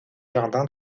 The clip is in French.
jardins